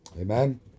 Amen